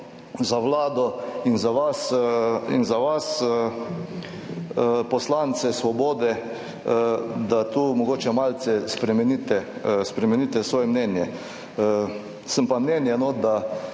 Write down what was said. za Vlado in za vas, poslance Svobode, da tu mogoče malce spremenite svoje mnenje. Menim, da